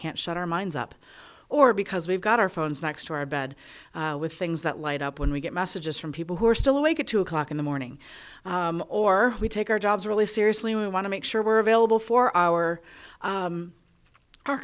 can't shut our minds up or because we've got our phones next to our bed with things that light up when we get messages from people who are still awake at two o'clock in the morning or we take our jobs really seriously we want to make sure we're available for our